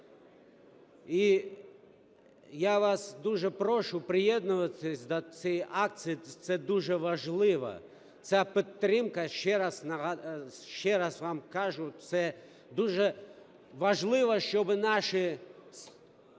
І я вас дуже прошу приєднуватись до цієї акції, це дуже важливо. Ця підтримка, ще раз вам кажу, це дуже важливо, щоб наші